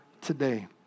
today